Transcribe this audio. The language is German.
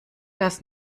das